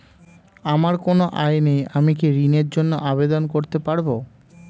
আমার কোনো আয় নেই আমি কি ঋণের জন্য আবেদন করতে পারব?